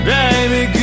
Baby